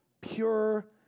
pure